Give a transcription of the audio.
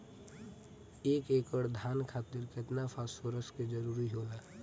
एक एकड़ धान खातीर केतना फास्फोरस के जरूरी होला?